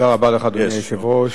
אדוני היושב-ראש,